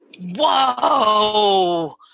Whoa